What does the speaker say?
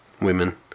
women